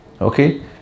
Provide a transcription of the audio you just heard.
okay